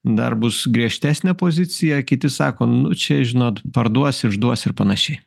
dar bus griežtesnė pozicija kiti sako nu čia žinot parduos išduos ir panašiai